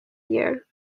year